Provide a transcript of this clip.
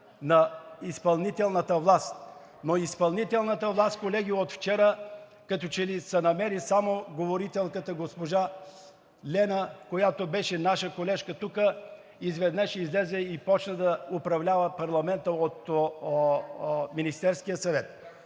на изпълнителната власт. Но изпълнителната власт – колеги, от вчера като че ли се намери само говорителката – госпожа Лена, която беше наша колежка тук, изведнъж излезе и започна да управлява парламента от Министерския съвет